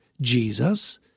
Jesus